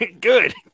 Good